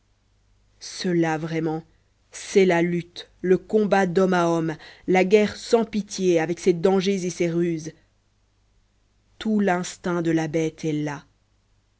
cela vraiment c'est la lutte le combat d'homme à homme la guerre sans pitié avec ses dangers et ses ruses tout l'instinct de la bête est là